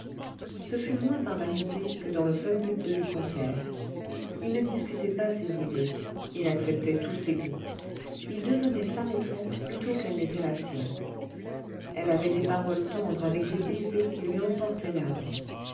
ce fut moins par vanité que dans le seul but de lui complaire il ne discutait pas ses idées il acceptait tous ses goûts il devenait sa maîtresse plutôt qu'elle n'était la sienne elle avait des paroles tendres avec des baisers qui lui emportaient l'âme